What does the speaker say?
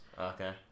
Okay